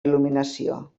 il·luminació